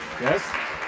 Yes